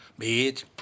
Bitch